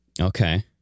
okay